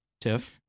Tiff